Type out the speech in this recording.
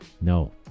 No